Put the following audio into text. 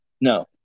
No